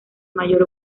mayor